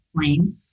plane